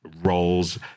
Roles